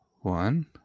One